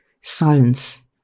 Silence